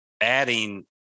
adding